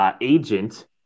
agent